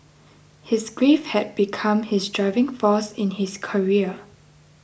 his grief had become his driving force in his career